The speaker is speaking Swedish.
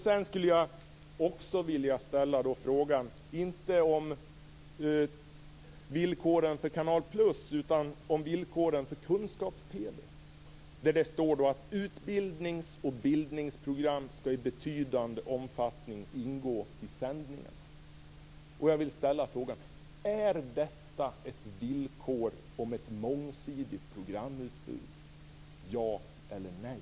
Sedan skulle jag också vilja en ställa fråga, inte om villkoren för Canal + utan om villkoren för Kunskaps-TV. Det står att utbildnings och bildningsprogram skall i betydande omfattning ingå i sändningen. Jag vill ställa frågan: Är detta ett villkor om ett mångsidigt programutbud? Ja eller nej!